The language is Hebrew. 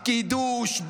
קידוש,